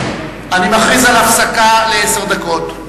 אני מכריז על הפסקה לעשר דקות.